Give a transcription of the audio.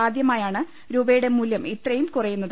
ആദ്യമായാണ് രൂപയുടെ മൂല്യം ഇത്രയും കുറയുന്നത്